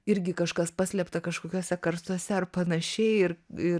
irgi kažkas paslėpta kažkokiuose karstuose ar panašiai ir ir